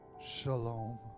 shalom